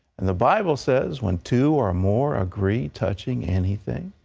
and the bible says, when two or more agree touching anything,